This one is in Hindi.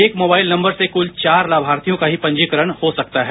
एक मोबाइल नम्बर से कुल चार लामार्थियों का ही पंजीकरण हो सकता है